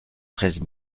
treize